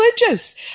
religious